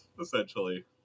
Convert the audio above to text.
essentially